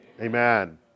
Amen